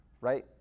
right